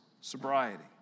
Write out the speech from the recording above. sobriety